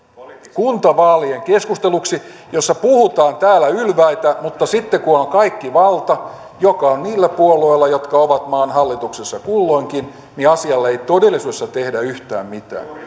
kuntavaalien keskusteluksi jossa puhutaan täällä ylväitä mutta sitten kun on on kaikki valta joka on niillä puolueilla jotka kulloinkin ovat maan hallituksessa niin asialle ei todellisuudessa tehdä yhtään mitään